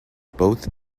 both